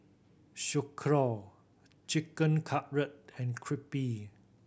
Sauerkraut Chicken Cutlet and Crepe